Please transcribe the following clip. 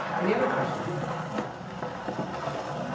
any other questions. yeah. okay. so if you know like the